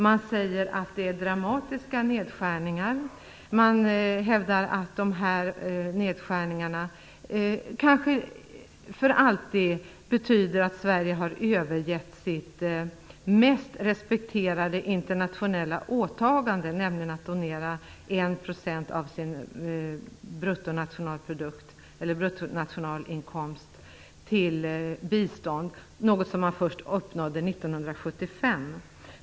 Man säger att det är dramatiska nedskärningar. Man hävdar att nedskärningarna kanske betyder att Sverige för alltid har övergett sitt mest respekterade internationella åtaganden, nämligen att donera 1 % av sin bruttonationalinkomst till bistånd, något som först uppnåddes år 1975.